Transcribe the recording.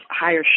higher